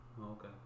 okay